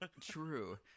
True